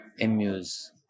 amuse